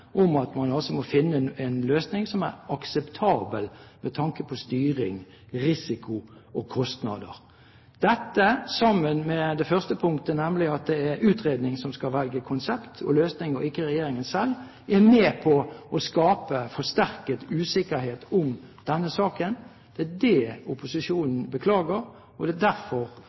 om at man må finne en løsning som er akseptabel med tanke på styring, risiko og kostnader? Dette, sammen med det første punktet, nemlig at det er utredning som skal velge konsept og løsning – ikke regjeringen selv – er med på å skape forsterket usikkerhet om denne saken. Det er det opposisjonen beklager, og det er derfor